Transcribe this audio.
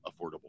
affordable